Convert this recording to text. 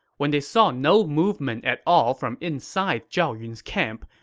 when they saw no movement at all from inside zhao yun's camp,